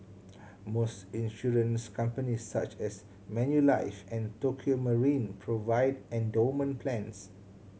most insurance companies such as Manulife and Tokio Marine provide endowment plans